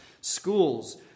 Schools